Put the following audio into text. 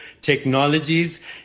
technologies